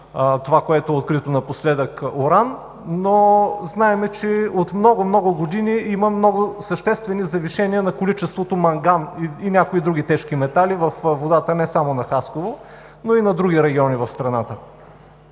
това, което е открито напоследък – уран. Знаем, че от много, много години има много съществени завишения на количеството манган и някои други тежки метали във водата не само на Хасково, но и в други райони на страната.